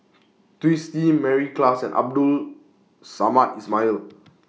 Twisstii Mary Klass and Abdul Samad Ismail